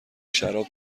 شراب